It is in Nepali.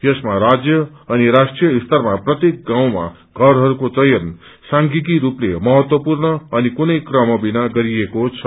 यसमा राज्य अनि राष्ट्रिय स्तरमा प्रत्येक गाउँमा घरहरूको चयन सांख्यिकी रूपले महत्वपूर्ण अनि कुनै क्रम बिना गरिएको छ